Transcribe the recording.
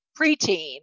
preteen